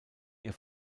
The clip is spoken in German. ihr